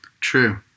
True